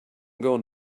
going